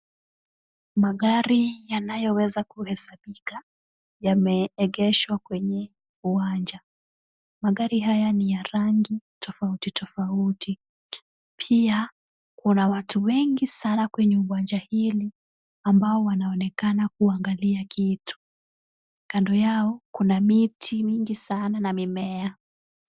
Magari yanayoweza kuhesabika yameegeshwa kwenye uwanja. Magari haya ni ya rangi tofauti tofauti. Pia kuna watu wengi sana kwenye uwanja hili ambao wanaonekana kuangalia kitu. Kando yao kuna miti mingi sana na mimea.